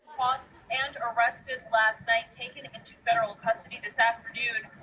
caught and arrested last night. taken into federal custody this afternoon.